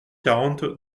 quarante